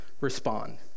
respond